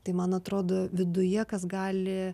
tai man atrodo viduje kas gali